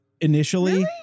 initially